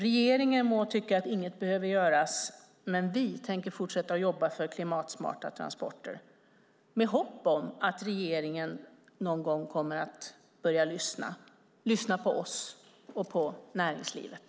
Regeringen må tycka att inget behöver göras, men vi tänker fortsätta att jobba för klimatsmarta transporter med hopp om att regeringen någon gång kommer att börja lyssna på oss och på näringslivet.